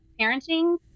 parenting